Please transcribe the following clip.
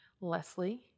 Leslie